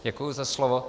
Děkuji za slovo.